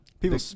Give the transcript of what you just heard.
people